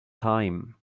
time